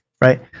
Right